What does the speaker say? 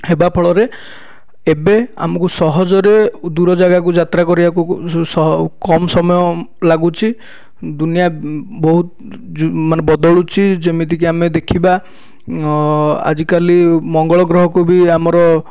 ହେବା ଫଳରେ ଏବେ ଆମକୁ ସହଜରେ ଦୂର ଜାଗାକୁ ଯାତ୍ରା କରିବାକୁ ସ କମ୍ ସମୟ ଲାଗୁଛି ଦୁନିଆ ବହୁତ୍ ମାନେ ବଦଳୁଛି ଯେମିତିକି ଆମେ ଦେଖିବା ଆଜିକାଲି ମଙ୍ଗଳ ଗ୍ରହକୁ ବି ଆମର